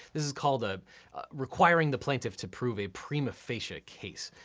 this is called ah requiring the plaintiff to prove a prima facie case.